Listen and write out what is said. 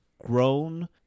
grown